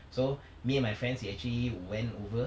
so me and my friends we actually went over